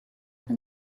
then